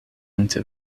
into